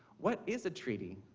what is a treaty?